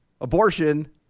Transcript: abortion